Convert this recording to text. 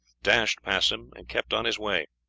dashed past him, and kept on his way.